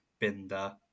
Binder